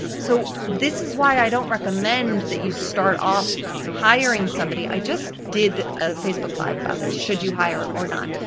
so this is why i don't recommend that you start off hiring somebody. i just did a facebook live about this, should you hire or not?